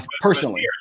personally